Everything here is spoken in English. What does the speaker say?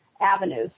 avenues